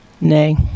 nay